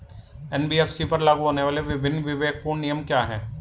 NBFC पर लागू होने वाले विभिन्न विवेकपूर्ण नियम क्या हैं?